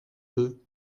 peu